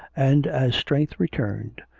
and as strength returned,